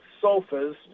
sofas